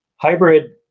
Hybrid